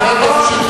לך אין מושג.